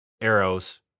arrows